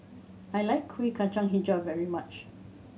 I like Kueh Kacang Hijau very much